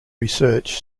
research